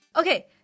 Okay